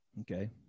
Okay